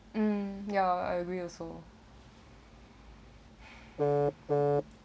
mm ya I agree also